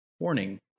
Warning